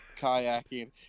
kayaking